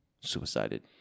suicided